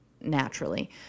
naturally